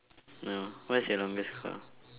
no what's your longest call